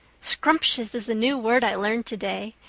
scrumptious is a new word i learned today.